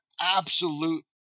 absolute